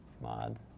mod